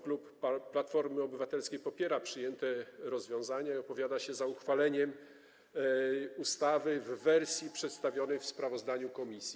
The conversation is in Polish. Klub Platforma Obywatelska popiera przyjęte rozwiązania i opowiada się za uchwaleniem ustawy w wersji przedstawionej w sprawozdaniu komisji.